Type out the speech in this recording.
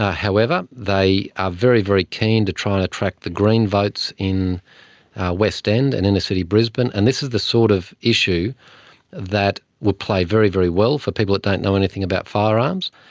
however they are very, very keen to try and attract the green votes in west end and inner-city brisbane, and this is the sort of issue that will play very, very well for people that don't know anything about firearms,